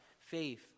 faith